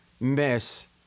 miss